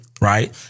right